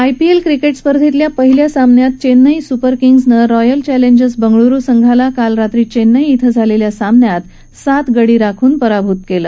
IPL cricket स्पर्धेतल्या पहिल्या सामन्यात चेन्नई सुपर किंग्सनं रॉयल चॅलेंजर्स बंगळूरू संघाला काल रात्री चेन्नई िक्रि झालेल्या सामन्यात सात गडी राखून हरवलं